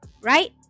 Right